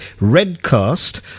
redcast